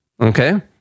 Okay